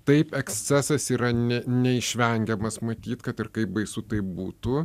taip ekscesas yra ne neišvengiamas matyt kad ir kaip baisu tai būtų